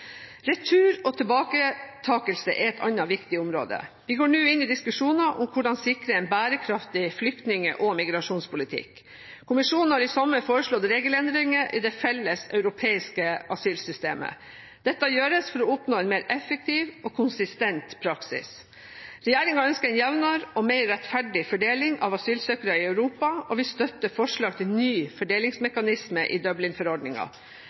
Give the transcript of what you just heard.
Retur og tilbaketakelse er et annet viktig område. Vi går nå inn i diskusjoner om hvordan sikre en bærekraftig flyktning- og migrasjonspolitikk. Kommisjonen har i sommer foreslått regelendringer i det felles europeiske asylsystemet. Dette gjøres for å oppnå en mer effektiv og konsistent praksis. Regjeringen ønsker en jevnere og mer rettferdig fordeling av asylsøkere i Europa, og vi støtter forslaget til ny fordelingsmekanisme i